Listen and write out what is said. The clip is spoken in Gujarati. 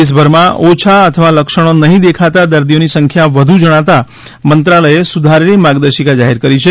દેશભરમાં ઓછા અથવા લક્ષણો નહીં દેખાતા દર્દીઓની સંખ્યા વધુ જણાતા મંત્રાલયે સુધારેલી માર્ગદર્શિકા જાહેર કરી છે